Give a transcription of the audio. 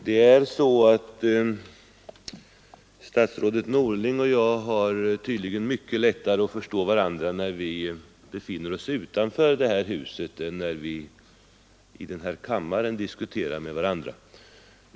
Herr talman! Statsrådet Norling och jag har tydligen mycket lättare att förstå varandra när vi befinner oss utanför det här huset än när vi i kammaren diskuterar med varandra.